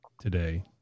today